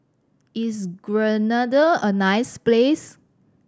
is Grenada a nice place